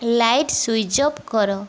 light switch off କର